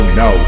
no